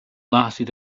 lasted